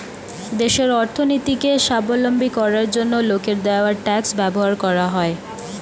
দেশের অর্থনীতিকে স্বাবলম্বী করার জন্য লোকের দেওয়া ট্যাক্স ব্যবহার করা হয়